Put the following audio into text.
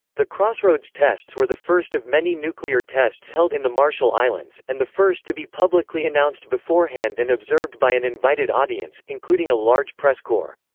the crossroads tests were the first of many nuclear tests held in the marshall islands, and the first to be publicly announced beforehand and observed by an invited audience, including a large press corps.